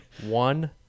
One